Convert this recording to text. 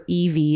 EV